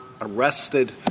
arrested